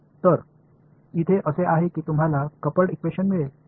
तर इथे असे आहे की तुम्हाला कपल्ड इक्वेशन्स मिळेल